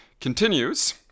continues